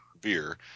beer